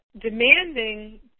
demanding